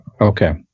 Okay